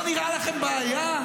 לא נראה לכם בעיה?